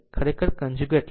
ખરેખર કન્જુગેટ લો